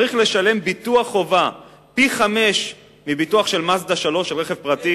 צריך לשלם ביטוח חובה פי-חמישה מביטוח של "מאזדה-3" או רכב פרטי?